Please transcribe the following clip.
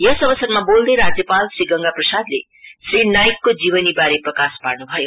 यस अवसरमा बोल्दै राज्यपाल श्री गंगाप्रसादले श्री नाईकको जीवनीवारे प्रकाश पार्न भयो